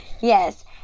Yes